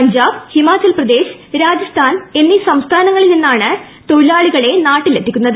പഞ്ചാബ് ഹിമാചൽ പ്രദേശ് രാജീസ്ഥാൻ എന്നീ സംസ്ഥാനങ്ങളിൽ നിന്നാണ് തൊഴിലാളികളെ നാട്ടില്ടെത്തിക്കുന്നത്